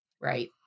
right